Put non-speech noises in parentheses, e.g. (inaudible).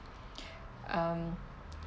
(breath) um